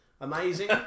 Amazing